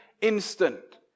instant